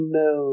no